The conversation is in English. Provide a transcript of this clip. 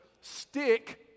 stick